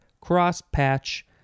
cross-patch